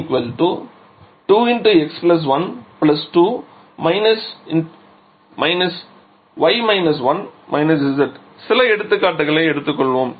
of Cl 2 x1 2 - y − 1 − z சில எடுத்துக்காட்டுகளை எடுத்துக்கொள்வோம்